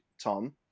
Tom